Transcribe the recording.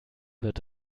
wird